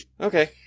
Okay